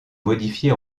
modifiés